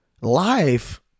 Life